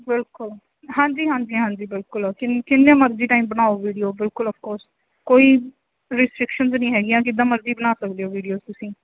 ਬਿਲਕੁਲ ਹਾਂਜੀ ਹਾਂਜੀ ਹਾਂਜੀ ਬਿਲਕੁਲ ਕਿੰਨ ਕਿੰਨੇ ਮਰਜ਼ੀ ਟਾਈਮ ਬਣਾਓ ਵੀਡੀਓ ਬਿਲਕੁਲ ਔਫਕੋਸ ਕੋਈ ਰਿਸਟ੍ਰਿਕਸ਼ਨ ਨਹੀਂ ਹੈਗੀਆਂ ਕਿੱਦਾਂ ਮਰਜ਼ੀ ਬਣਾ ਸਕਦੇ ਹੋ ਵੀਡੀਓਜ਼ ਤੁਸੀਂ